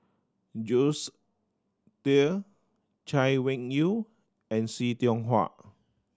Jules Itier Chay Weng Yew and See Tiong Wah